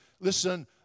listen